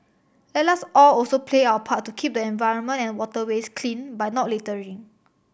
let us all also play our part to keep the environment and waterways clean by not littering